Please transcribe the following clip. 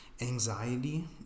Anxiety